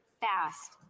fast